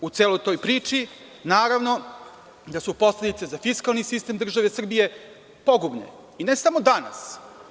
U celoj toj priči, naravno da su posledice za fiskalni sistem države Srbije pogubne i ne samo danas.